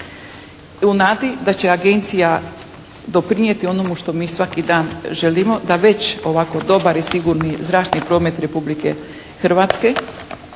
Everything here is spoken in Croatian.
u nadi da će agencija doprinijeti onomu što mi svaki dan želimo, da već ovako dobar i sigurni zračni promet Republike Hrvatske